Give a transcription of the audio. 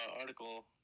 article